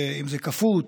קפוא,